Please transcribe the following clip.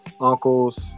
uncles